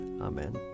Amen